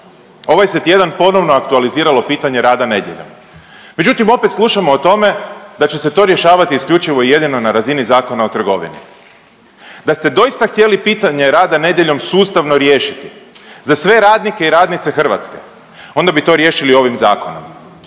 ovaj se tjedan ponovno aktualiziralo pitanje rada nedjeljom, međutim opet slušamo o tome da će se to rješavati isključivo i jedino na razini Zakona o trgovini, da ste doista htjeli pitanje rada nedjeljom sustavno riješiti za sve radnike i radnice Hrvatske onda bi to riješili ovim zakonom,